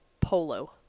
polo